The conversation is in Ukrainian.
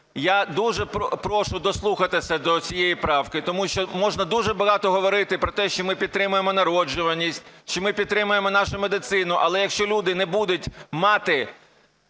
Я дуже прошу дослухатися до цієї правки, тому що можна дуже багато говорити про те, що ми підтримуємо народжуваність чи ми підтримуємо нашу медицину, але якщо люди не будуть мати,